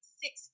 six